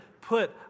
put